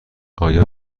آیا